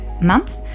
month